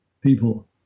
people